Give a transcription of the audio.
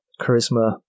Charisma